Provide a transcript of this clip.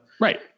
right